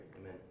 Amen